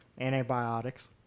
Antibiotics